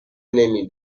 نمی